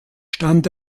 stand